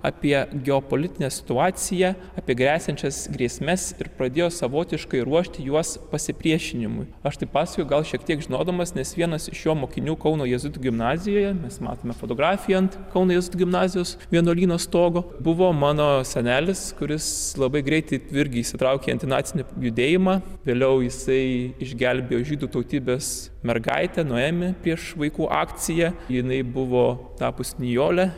apie geopolitinę situaciją apie gresiančias grėsmes ir pradėjo savotiškai ruošti juos pasipriešinimui aš tai pasakoju gal šiek tiek žinodamas nes vienas iš jo mokinių kauno jėzuitų gimnazijoje mes matome fotografiją ant kauno jėzuitų gimnazijos vienuolyno stogo buvo mano senelis kuris labai greitai irgi įsitraukė į antinacinį judėjimą vėliau jisai išgelbėjo žydų tautybės mergaitę noemi prieš vaikų akciją jinai buvo tapus nijole